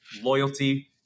loyalty